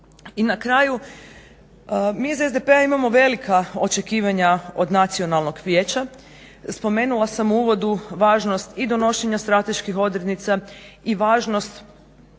I na kraju mi iz SDP-a imamo velika očekivanja od Nacionalnog vijeća. Spomenula sam u uvodu važnost i donošenja strateških odrednica i važnost